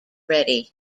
ready